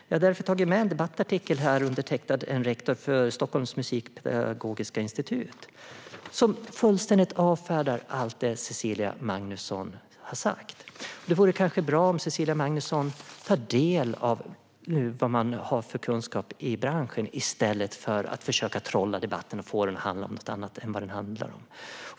Jag har tagit med en debattartikel som är undertecknad av rektorn för Stockholms Musikpedagogiska Institut och som fullständigt avfärdar allt det Cecilia Magnusson har sagt. Det vore kanske bra om Cecilia Magnusson tar del av vad man har för kunskap i branschen i stället för att försöka trolla debatten och få den att handla om något annat än vad den handlar om.